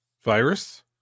Virus